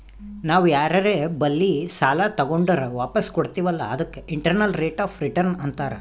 ನಾವ್ ಯಾರರೆ ಬಲ್ಲಿ ಸಾಲಾ ತಗೊಂಡುರ್ ವಾಪಸ್ ಕೊಡ್ತಿವ್ ಅಲ್ಲಾ ಅದಕ್ಕ ಇಂಟರ್ನಲ್ ರೇಟ್ ಆಫ್ ರಿಟರ್ನ್ ಅಂತಾರ್